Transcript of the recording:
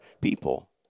people